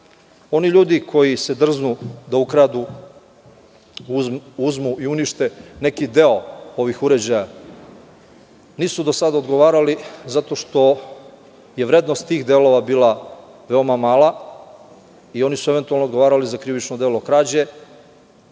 ljudi koji se drznu da ukradu, uzmu i unište neki deo ovih uređaja, nisu do sada odgovarali zato što je vrednost tih delova bila veoma mala i oni su eventualno odgovarali za krivično delo krađe,